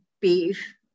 beef